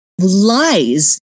lies